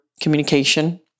communication